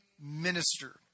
minister